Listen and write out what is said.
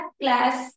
class